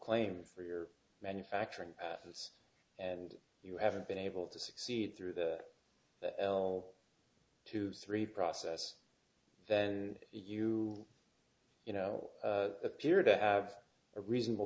claim for your manufacturing has and you haven't been able to succeed through the whole two three process then you you know appear to have a reasonable